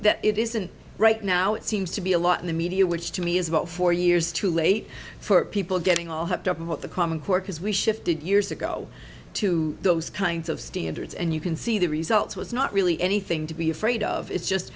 that it isn't right now it seems to be a lot in the media which to me is about four years too late for people getting all hyped up about the common core because we shifted years ago to those kinds of standards and you can see the results was not really anything to be afraid of it's just